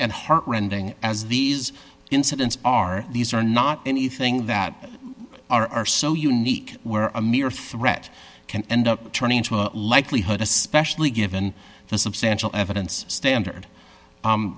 and heart rending as these incidents are these are not anything that are so unique were a mere threat can end up turning into a likelihood especially given the substantial evidence standard